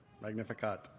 Magnificat